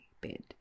bed